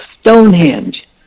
Stonehenge